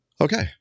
okay